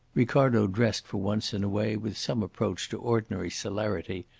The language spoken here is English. ricardo dressed for once in a way with some approach to ordinary celerity,